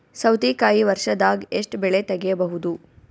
ಸೌತಿಕಾಯಿ ವರ್ಷದಾಗ್ ಎಷ್ಟ್ ಬೆಳೆ ತೆಗೆಯಬಹುದು?